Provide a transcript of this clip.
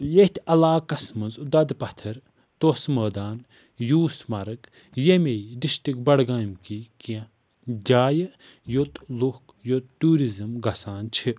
ییٚتھۍ علاقَس منٛز دۄدٕ پَتھری توسہٕ مٲدان یوٗس مَرٕگ ییٚمے ڈِسٹرکٹ بَڈگام کہِ کیٚنٛہہ جایہِ یوٚت لُکھ یوٚت ٹیٛوٗرِزٔم گژھان چھِ